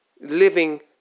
living